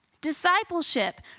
discipleship